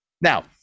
Now